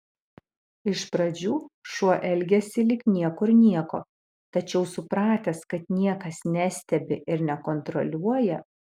iš pradžių šuo elgiasi lyg niekur nieko tačiau supratęs kad niekas nestebi ir nekontroliuoja